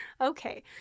Okay